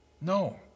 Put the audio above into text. No